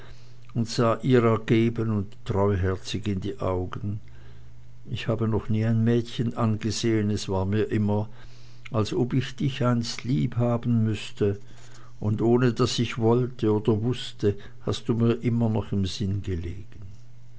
und sah ihr ergeben und treuherzig in die augen ich habe noch nie ein mädchen angesehen es war mir immer als ob ich dich einst liebhaben müßte und ohne daß ich wollte oder wußte hast du mir doch immer im sinn gelegen